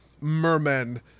mermen